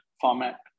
format